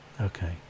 Okay